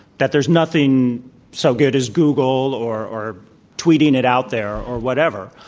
that there's nothing so good as google or or tweeting it out there or whatever.